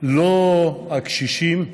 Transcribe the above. לא את הקשישים,